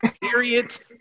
Period